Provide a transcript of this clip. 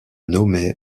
nommé